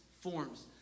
forms